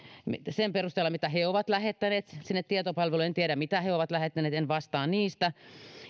sen perusteella mitä he ovat lähettäneet sinne tietopalveluun en tiedä mitä he ovat lähettäneet en vastaa niistä